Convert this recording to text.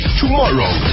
tomorrow